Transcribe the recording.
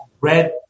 red